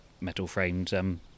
metal-framed